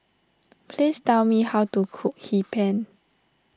please tell me how to cook Hee Pan